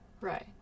Right